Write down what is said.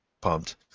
pumped